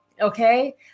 Okay